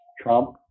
Trump